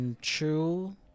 true